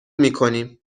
میکنیم